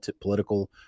political